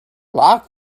lock